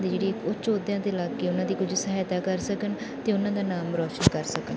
ਦੇ ਜਿਹੜੇ ਉੱਚ ਅਹੁਦਿਆਂ 'ਤੇ ਲੱਗ ਕੇ ਉਹਨਾਂ ਦੀ ਕੁਝ ਸਹਾਇਤਾ ਕਰ ਸਕਣ ਅਤੇ ਉਹਨਾਂ ਦਾ ਨਾਮ ਰੋਸ਼ਨ ਕਰ ਸਕਣ